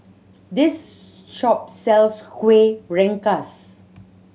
this shop sells Kueh Rengas